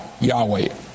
Yahweh